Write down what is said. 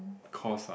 course ah